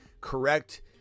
correct